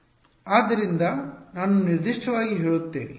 ವಿದ್ಯಾರ್ಥಿ ಆದ್ದರಿಂದ ನಾನು ನಿರ್ದಿಷ್ಟವಾಗಿ ಹೇಳುತ್ತೇನೆ